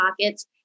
pockets